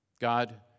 God